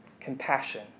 Compassion